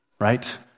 right